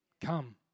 Come